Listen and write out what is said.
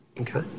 Okay